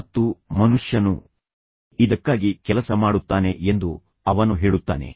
ಮತ್ತು ಮನುಷ್ಯನು ಇದಕ್ಕಾಗಿ ಕೆಲಸ ಮಾಡುತ್ತಾನೆ ಎಂದು ಅವನು ಹೇಳುತ್ತಾನೆ